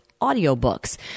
audiobooks